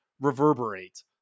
Reverberate